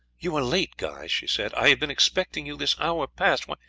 you are late, guy, she said i have been expecting you this hour past. why,